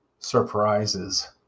surprises